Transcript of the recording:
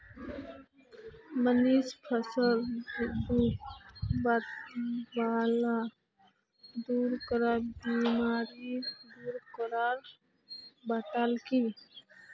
मनीष फलत होने बाला सामान्य बीमारिक दूर करवार उपाय बताल की